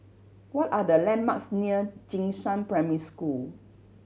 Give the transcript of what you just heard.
what are the landmarks near Jing Shan Primary School